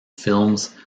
films